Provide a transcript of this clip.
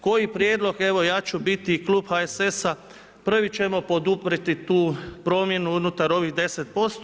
Koji prijedlog, evo ja ću biti i klub HSS-a, prvi ćemo poduprijeti tu promjenu unutar ovih 10%